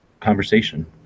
conversation